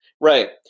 Right